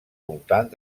voltant